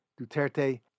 Duterte